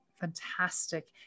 Fantastic